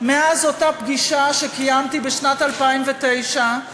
רבה מאז אותה פגישה שקיימתי בשנת 2009 עם